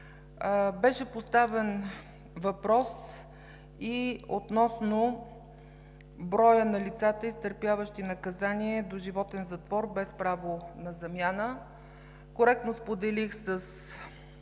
Беше поставен въпрос и относно броя на лицата, изтърпяващи наказание „доживотен затвор без право на замяна“. Коректно споделих с